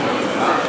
התשע"ה 2014,